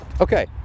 okay